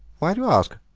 why do you ask?